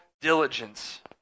diligence